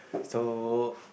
so